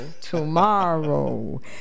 tomorrow